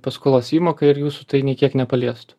paskolos įmoką ir jūsų tai nei kiek nepaliestų